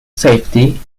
safety